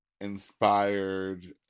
inspired